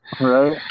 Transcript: Right